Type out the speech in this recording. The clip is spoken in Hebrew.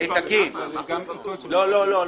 את ידו.